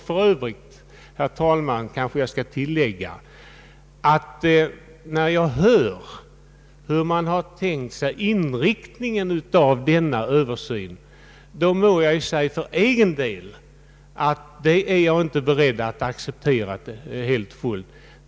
För övrigt, herr talman, skulle jag vilja tillägga ett par saker. När jag hör hur man tänkt sig inriktningen av en översyn av vuxenutbildningssektorn, är jag för min egen del inte beredd att helt och hållet acceptera den.